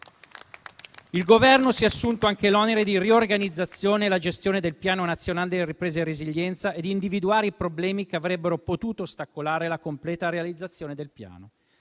Il Governo si è assunto anche l'onere di riorganizzare e gestire il Piano nazionale di ripresa e resilienza e di individuare i problemi che ne avrebbero potuto ostacolare la completa realizzazione. Lo